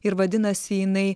ir vadinasi jinai